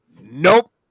Nope